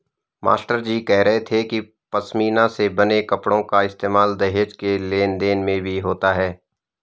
मास्टरजी कह रहे थे कि पशमीना से बने कपड़ों का इस्तेमाल दहेज के लेन देन में भी होता था